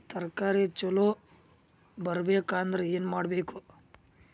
ತರಕಾರಿ ಛಲೋ ಬರ್ಬೆಕ್ ಅಂದ್ರ್ ಏನು ಮಾಡ್ಬೇಕ್?